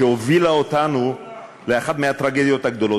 שהובילה אותנו לאחת הטרגדיות הגדולות.